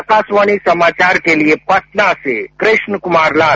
आकाशवाणी समाचार के लिये पटना से कृष्ण कुमार लाल